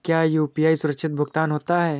क्या यू.पी.आई सुरक्षित भुगतान होता है?